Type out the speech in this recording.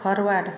forward